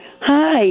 Hi